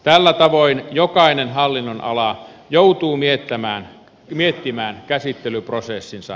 tällä tavoin jokainen hallinnonala joutuu miettimään käsittelyprosessinsa tehokkaaksi